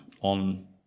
on